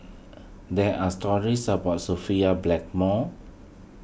there are stories about Sophia Blackmore